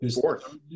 Fourth